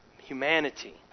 humanity